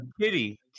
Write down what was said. Kitty